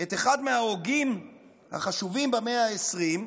את אחד מההוגים החשובים במאה ה-20,